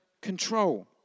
control